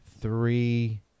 three